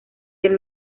del